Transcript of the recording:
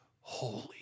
holy